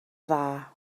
dda